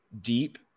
deep